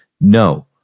No